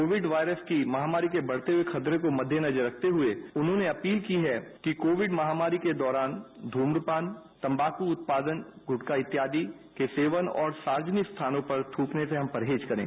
Covid virus की महामारी को बढ़ते हुए खतरे के मद्देनजर देखते हुए उन्होंने अपील की है कि कोविड महामारी के दौरान ध्रूमपान तम्बाकू उत्पादन गुटका इत्यादि के सेवन और सार्वजनिक स्थानों पर थुकने से हम परहेज करें